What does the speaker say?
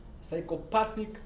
Psychopathic